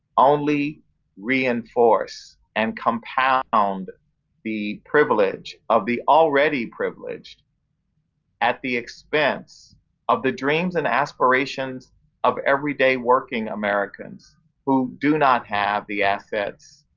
only reinforce and compound the privilege of the already privileged at the expense of the dreams and aspirations of everyday working americans who do not have the assets,